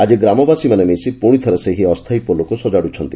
ଆକି ଗ୍ରାମବାସୀମାନେ ମିଶି ପୁଶି ଥରେ ସେହି ଅସ୍ଥାୟୀ ପୋଲକୁ ସଜାଡୁଛନ୍ତି